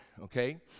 okay